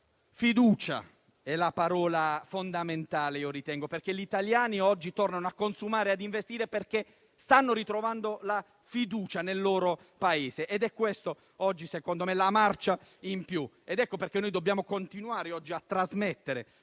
"fiducia" sia la parola fondamentale: gli italiani oggi tornano a consumare e a investire perché stanno ritrovando la fiducia nel loro Paese. È questa oggi - secondo me - la marcia in più. Ecco perché dobbiamo continuare a trasmettere